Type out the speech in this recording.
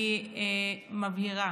אני מבהירה: